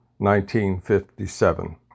1957